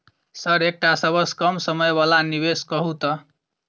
Sir एकटा सबसँ कम समय वला निवेश कहु तऽ?